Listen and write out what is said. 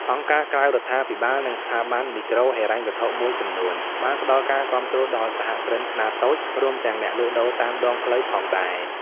អង្គការក្រៅរដ្ឋាភិបាល និងស្ថាប័នមីក្រូហិរញ្ញវត្ថុមួយចំនួន បានផ្តល់ការគាំទ្រដល់សហគ្រិនខ្នាតតូច រួមទាំងអ្នកលក់ដូរតាមដងផ្លូវផងដែរ ។